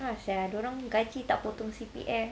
a'ah sia dorang gaji tak potong C_P_F